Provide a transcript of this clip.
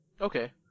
Okay